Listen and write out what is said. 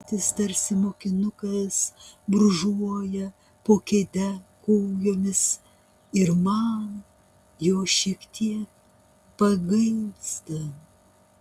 tėtis tarsi mokinukas brūžuoja po kėde kojomis ir man jo šiek tiek pagailsta